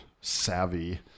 savvy